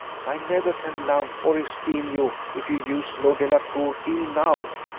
i never can love or esteem you if you use lord delacour ill now.